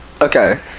Okay